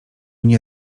nie